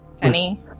Penny